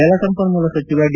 ಜಲಸಂಪನ್ನೂಲ ಸಚಿವ ಡಿ